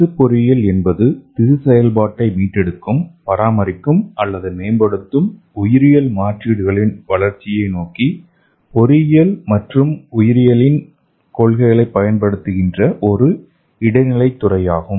திசு பொறியியல் என்பது திசு செயல்பாட்டை மீட்டெடுக்கும் பராமரிக்கும் அல்லது மேம்படுத்தும் உயிரியல் மாற்றீடுகளின் வளர்ச்சியை நோக்கி பொறியியல் மற்றும் உயிரியலின் கொள்கைகளைப் பயன்படுத்துகின்ற ஒரு இடைநிலை துறையாகும்